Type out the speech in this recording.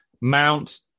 Mount